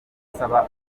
isaba